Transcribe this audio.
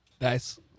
Nice